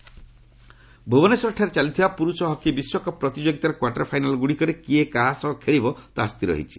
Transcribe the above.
hockey ଭୁବନେଶ୍ୱରଠାରେ ଚାଲିଥିବା ପୁରୁଷ ହକି ବିଶ୍ୱକପ୍ ପ୍ରତିଯୋଗିତାର କ୍ପାର୍ଟର ଫାଇନାଲ୍ଗୁଡ଼ିକରେ କିଏ କାହା ସହ ଖେଳିବ ତାହା ସ୍ଥିର ହୋଇଛି